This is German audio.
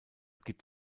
gibt